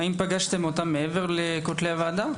האם פגשתם אותם מעבר לכותלי הוועדה?